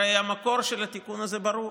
הרי המקור של התיקון הזה ברור,